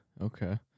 okay